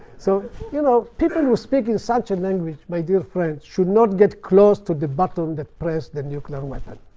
so you know people who speak in such a language, my dear friends, should not get close to the button that press the nuclear weapon.